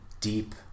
deep